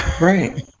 Right